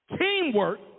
Teamwork